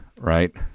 right